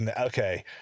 okay